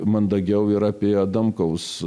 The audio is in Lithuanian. mandagiau ir apie adamkaus